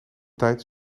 tijd